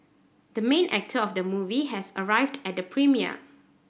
the main actor of the movie has arrived at the premiere